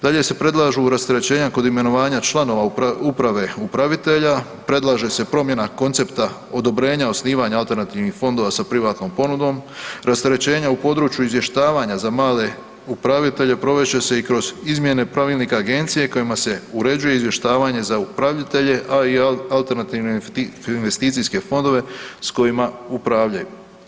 Dalje se predlažu rasterećenja kod imenovanja članova uprave upravitelja, predlaže se promjena koncepta odobrenja osnivanja alternativnih fondova sa privatnom ponudom, rasterećenja u području izvještavanja za male upravitelje provest će se i kroz izmjene pravilnika agencije kojima se uređuje izvještavanje za upravitelje, a i alternativne investicijske fondove s kojima upravljaju.